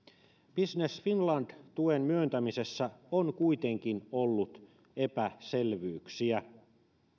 business finland tuen myöntämisessä on kuitenkin ollut epäselvyyksiä